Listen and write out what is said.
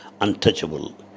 untouchable